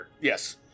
Yes